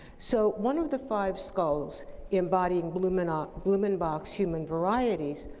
so, one of the five skulls embodied blumenbach's blumenbach's human varieties.